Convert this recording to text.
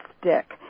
stick